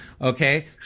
okay